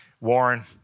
Warren